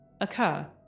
occur